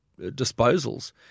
disposals